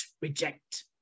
reject